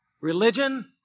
religion